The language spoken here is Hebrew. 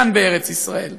כאן בארץ-ישראל.